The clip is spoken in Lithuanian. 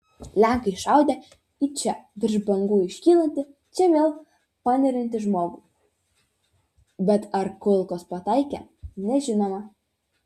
lenkai šaudę į čia virš bangų iškylantį čia vėl paneriantį žmogų bet ar kulkos pataikė nežinoma